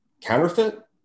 counterfeit